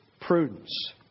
prudence